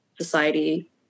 society